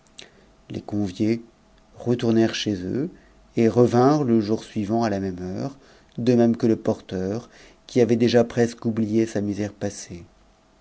les conviés retournèrent chez eux et revinrent le jour suivant à la éme heure de même que le porteur qui avait déjà presque oublié sa m'sère passée